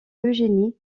eugénie